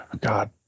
God